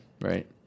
Right